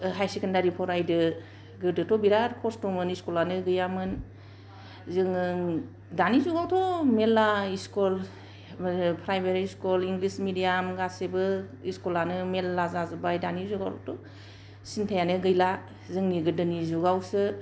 हायेर केसेन्डारि फरायदो गोदोथ' बेराद खस्थमोन स्कुलानो गैयामोन जोङो दानि जुगावथ' मेरला स्कुल ओरै प्राइभेट स्कुल इंलिश मिडियाम गासिबो स्कुलानो मेरला जाजोबबाय दानि जुगावथ' सिन्थायानो गैला जोंनि गोदोनि जुगावसो